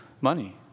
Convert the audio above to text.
money